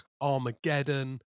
Armageddon